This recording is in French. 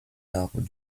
arbres